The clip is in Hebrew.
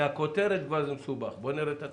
לפי הכותרת, זה מסובך, בואו נראה את התוכן.